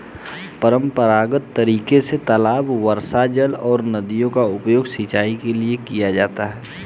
परम्परागत तरीके से तालाब, वर्षाजल और नदियों का उपयोग सिंचाई के लिए किया जाता है